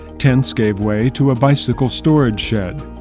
tents gave way to a bicycle storage shed,